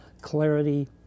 Clarity